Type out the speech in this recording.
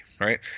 right